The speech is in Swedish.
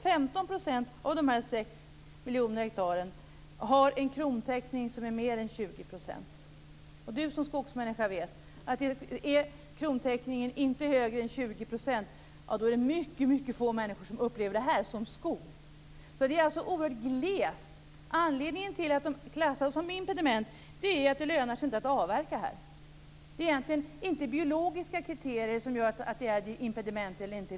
15 % av de 6 miljoner hektaren har alltså en krontäckning som överstiger Carl G Nilsson som skogsmänniska vet att om krontäckningen inte är högre än 20 % är det väldigt få människor som upplever det här som skog. Det är alltså oerhört glest. Anledningen till klassningen impediment är att det inte lönar sig att avverka på de här markerna. Egentligen är det inte biologiska kriterier som avgör om det fråga om impediment eller inte.